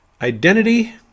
identity